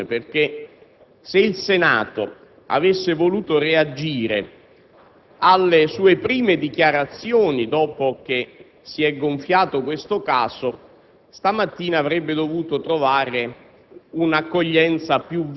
incrocia qui moltissima comprensione perché, se il Senato avesse voluto reagire alla sue prime dichiarazioni dopo che si è gonfiato questo caso,